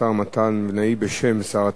בבקשה, השר מתן וילנאי בשם שר התחבורה.